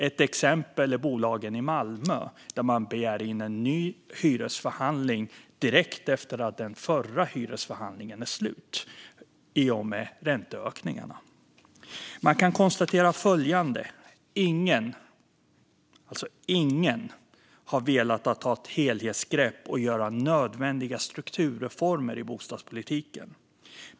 Ett exempel är bolagen i Malmö, där man i och med ränteökningarna begär en ny hyresförhandling direkt efter att den förra hyresförhandlingen är slut. Man kan konstatera följande: Ingen har velat ta ett helhetsgrepp och göra nödvändiga strukturreformer i bostadspolitiken.